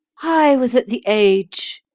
i was at the age,